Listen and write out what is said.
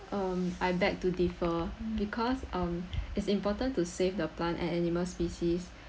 um I beg to differ because um it's important to save the plant and animal species